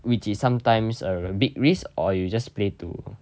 which is sometimes a big risk or you just play to